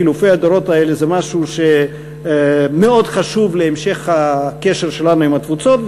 חילופי הדורות האלה זה משהו שמאוד חשוב להמשך הקשר שלנו עם התפוצות,